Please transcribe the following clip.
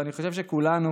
ואני חושב שכולנו,